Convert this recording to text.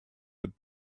had